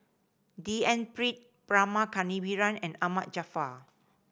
D N Pritt Rama Kannabiran and Ahmad Jaafar